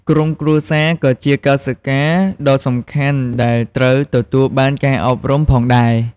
ក្រុមគ្រួសារ ក៏ជាកោសិកាដ៏សំខាន់ដែលត្រូវទទួលបានការអប់រំផងដែរ។